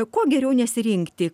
ko geriau nesirinkti